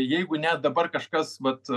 jeigu ne dabar kažkas vat